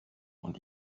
und